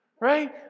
Right